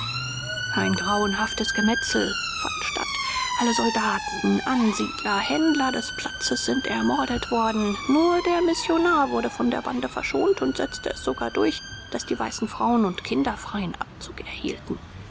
ein grauenhaftes gemetzel fand statt alle soldaten ansiedler händler des platzes sind ermordet worden nur der missionar wurde von der bande verschont und setzte es sogar durch daß die weißen frauen und kinder freien abzug erhielten